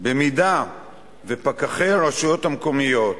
במידה שפקחי הרשויות המקומיות